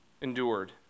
endured